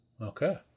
Okay